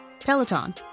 Peloton